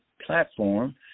platform